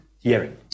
hearing